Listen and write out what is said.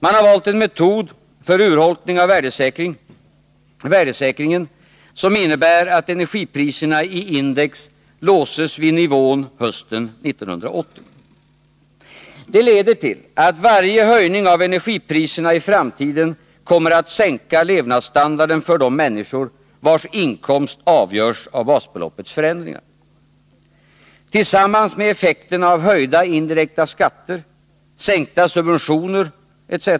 Man har valt en metod för urholkning av värdesäkringen, som innebär att energipriserna i index låses vid nivån hösten 1980. Det leder till att varje höjning av energipriserna i framtiden kommer att sänka levnadsstandarden för de människor vilkas inkomst avgörs av basbeloppets förändringar. Tillsammans med effekterna av höjda indirekta skatter, sänkta subventioner etc.